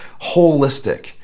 holistic